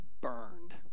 burned